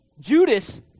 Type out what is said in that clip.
Judas